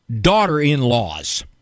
daughter-in-laws